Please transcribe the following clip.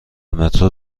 مترو